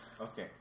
Okay